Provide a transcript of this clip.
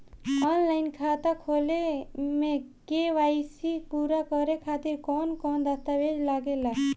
Online खाता खोले में के.वाइ.सी पूरा करे खातिर कवन कवन दस्तावेज लागे ला?